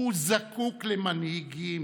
הוא זקוק למנהיגים,